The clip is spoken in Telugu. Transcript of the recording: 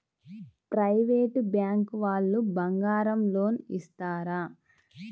ప్రైవేట్ బ్యాంకు వాళ్ళు బంగారం లోన్ ఇస్తారా?